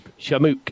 Shamuk